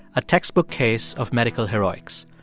a textbook case of medical heroics.